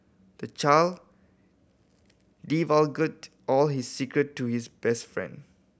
the child divulged all his secret to his best friend